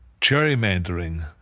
gerrymandering